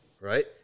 right